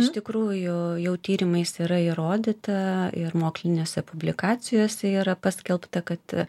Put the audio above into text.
iš tikrųjų jau jau tyrimais yra įrodyta ir mokslinėse publikacijose yra paskelbta kad